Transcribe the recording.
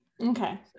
okay